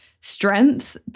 strength